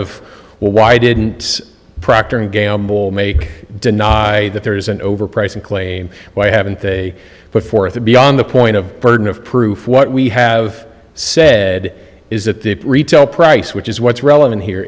of why didn't procter and gamble make denied that there is an overpriced claim why haven't they put forth a beyond the point of burden of proof what we have said is that the retail price which is what's relevant here